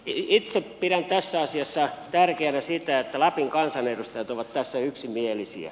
itse pidän tässä asiassa tärkeänä sitä että lapin kansanedustajat ovat yksimielisiä